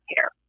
care